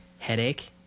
headache